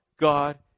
God